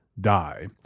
die